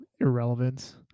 irrelevance